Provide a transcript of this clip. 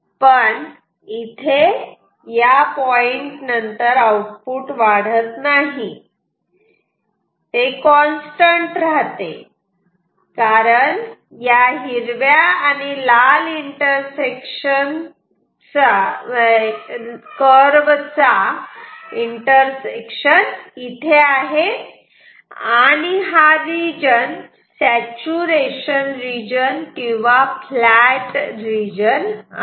आणि या पॉईंट नंतर आउटपुट वाढत नाही कॉन्स्टंट राहते कारण या हिरव्या आणि लाल कर्व चा इंटरसेक्शन इथे आहे आणि हा रीजन सॅचूरेशन रीजन किंवा फ्लॅट रीजन आहे